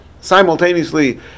simultaneously